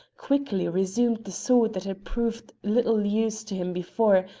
quickly resumed the sword that had proved little use to him before,